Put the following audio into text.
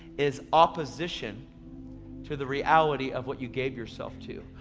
is opposition to the reality of what you gave yourself to.